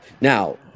Now